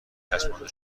چسبانده